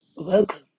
Welcome